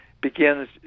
begins